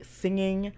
singing